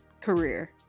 career